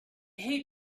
hate